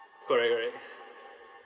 correct correct